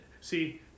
See